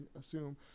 assume